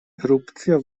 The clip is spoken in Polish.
erupcja